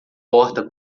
porta